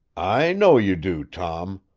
i know you do, tom.